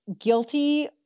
guilty